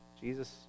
Jesus